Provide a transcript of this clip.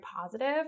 positive